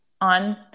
on